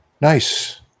nice